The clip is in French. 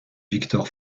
victor